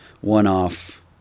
one-off